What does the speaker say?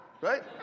right